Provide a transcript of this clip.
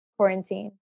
quarantine